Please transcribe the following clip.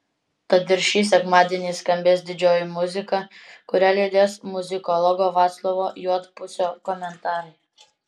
tad ir šį sekmadienį skambės didžioji muzika kurią lydės muzikologo vaclovo juodpusio komentarai